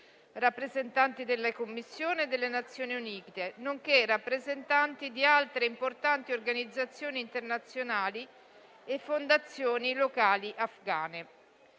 rappresentanti della Commissione e delle Nazioni Unite, nonché rappresentanti di altre importanti organizzazioni internazionali e fondazioni locali afghane.